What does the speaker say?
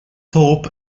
thorpe